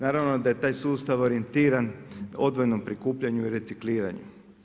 Naravno da je taj sustav orijentiran odvojenom prikupljanju i recikliranju.